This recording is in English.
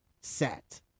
set